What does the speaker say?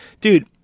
dude